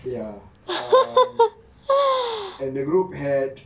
ya um and the group had